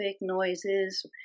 noises